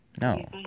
No